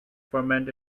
ferment